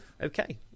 Okay